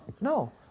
No